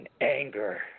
anger